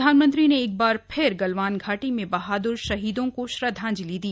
प्रधानमंत्री ने एक बार फिर गलवान घाटी में बहादुर शहीदों को श्रद्वांजलि दी